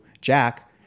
Jack